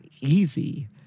easy